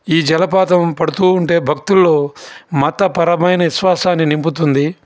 ఈ జలపాతం పడుతు ఉంటే భక్తులలో మతపరమైన విశ్వాసాన్ని నింపుతుంది